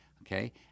okay